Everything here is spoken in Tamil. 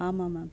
ஆமாம் மேம்